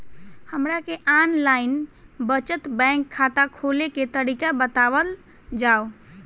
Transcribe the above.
हमरा के online बचत बैंक खाता खोले के तरीका बतावल जाव?